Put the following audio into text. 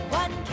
one